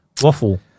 waffle